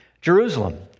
Jerusalem